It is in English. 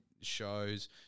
shows